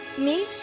me,